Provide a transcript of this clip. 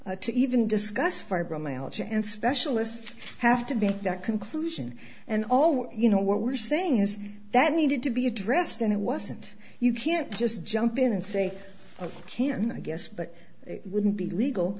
to even discuss fibromyalgia and specialists have to be at that conclusion and all you know what we're saying is that needed to be addressed and it wasn't you can't just jump in and say ok and i guess but it wouldn't be legal